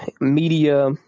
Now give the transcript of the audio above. media